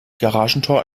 garagentor